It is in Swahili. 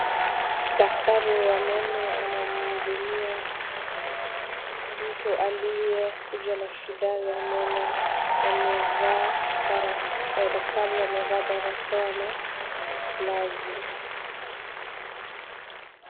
Daktari wa meno anamhudumia mtu aliyekuja na shida ya meno. Daktari amevaa barakoa na glavu.